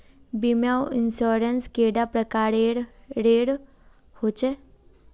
बीमा इंश्योरेंस कैडा प्रकारेर रेर होचे